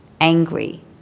angry